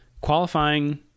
qualifying